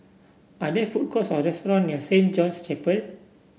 are there food courts or restaurants near Saint John's Chapel